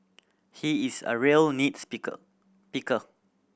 he is a real nit speaker picker